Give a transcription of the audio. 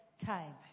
time